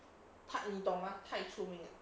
part 你懂吗太出名了